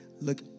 Look